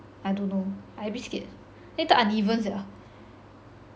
I don't know I a bit scared later uneven sia